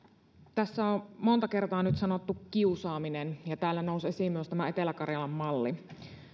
tässä on nyt monta kertaa sanottu kiusaaminen ja täällä nousi esiin myös etelä karjalan malli